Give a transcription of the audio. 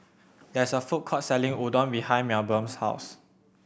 there is a food court selling Udon behind Melbourne's house